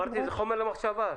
למחשבה.